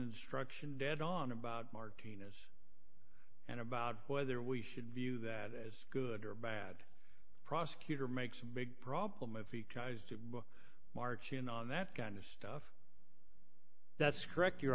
instruction dead on about martinez and about whether we should view that as good or bad prosecutor makes a big problem if he cries to march in on that kind of stuff that's correct your